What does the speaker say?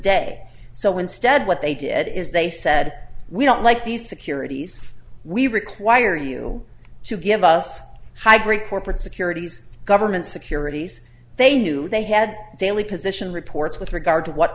day so instead what they did is they said we don't like these securities we require you to give us high grade corporate securities government securities they knew they had daily position reports with regard to what